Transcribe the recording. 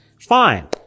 Fine